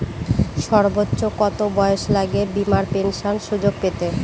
সর্বোচ্চ কত বয়স লাগে বীমার পেনশন সুযোগ পেতে?